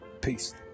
Peace